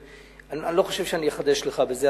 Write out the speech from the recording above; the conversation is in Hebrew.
אני לא חושב שאני אחדש לך בזה,